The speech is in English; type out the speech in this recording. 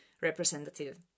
representative